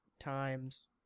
Times